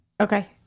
Okay